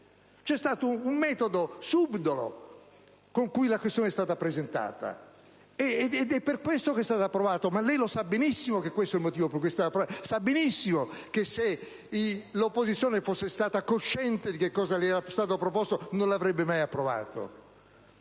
C'è stato un metodo subdolo con cui la questione è stata presentata, ed è per questo che è stato approvato! Lei sa benissimo che è questo il motivo per cui è stato approvato! Lei sa benissimo che se l'opposizione fosse stata cosciente di che cosa le era stato proposto non lo avrebbe mai approvato!